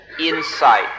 insight